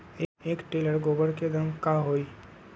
एक टेलर गोबर के दाम का होई?